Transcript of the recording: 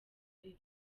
ari